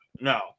no